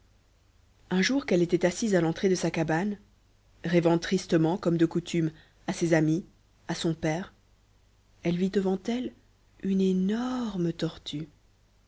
un jour qu'elle était assise à l'entrée de sa cabane rêvant tristement comme de coutume à ses amis à son père elle vit devant elle une énorme tortue